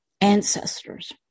Ancestors